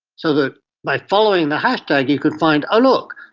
so that by following the hashtag you could find, oh look,